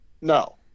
no